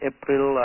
April